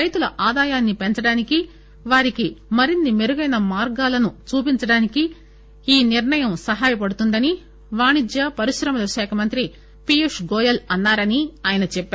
రైతుల ఆదాయాన్ని పెంచడానికి వారికి మరిన్ని మెరుగైన మార్గాలను చూపేందుకు ఈ నిర్ణయం సహాయపడుతుందని వాణిజ్యపరిశ్రమల శాఖమంత్రి పీయుష్ గోయల్ అన్నా రని ఆయన చెప్పారు